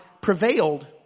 prevailed